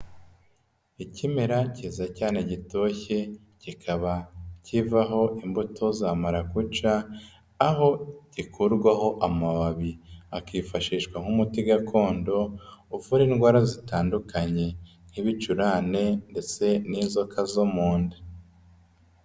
Ikimera kiza cyane gitoshye, kikaba kivaho imbuto za marakuca aho gikurwaho amababi akifashishwa nk'umuti gakondo uvura indwara zitandukanye, nk'ibicurane ndetse n'inzoka zo mu nda.